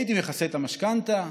הייתי מכסה את המשכנתה.